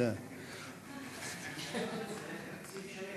של 119 שעונים.